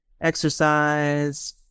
exercise